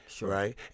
right